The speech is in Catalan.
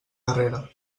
carrera